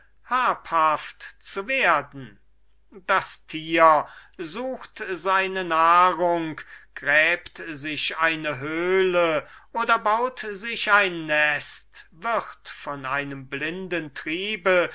habhaft zu werden jedes tier sucht seine nahrung gräbt sich eine höhle oder baut sich ein nest begattet